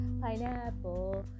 pineapple